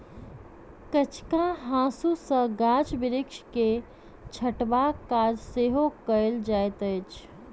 कचिया हाँसू सॅ गाछ बिरिछ के छँटबाक काज सेहो कयल जाइत अछि